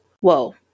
Whoa